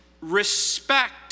respect